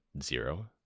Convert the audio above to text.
zero